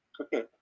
Okay